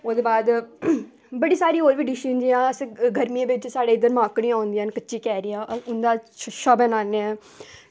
ओह्दे बाद बड़ी सारी होर बी डिशां होंदियां गर्मी दिनें साढ़े इद्धर माकड़ियां होंदियां न ते इंदा छच्छा बनान्ने आं